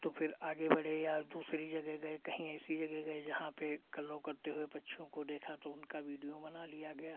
तो फिर आगे बढ़े या दूसरी जगह गए कहीं ऐसी जगह गए जहाँ पे कलरव करते हुए पक्षियों को देखा तो उनका वीडियो बना लिया गया